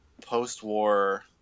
post-war